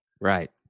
Right